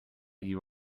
you